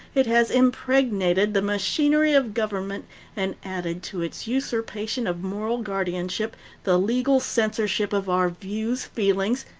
it has impregnated the machinery of government and added to its usurpation of moral guardianship the legal censorship of our views, feelings,